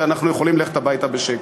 ואנחנו יכולים ללכת הביתה בשקט.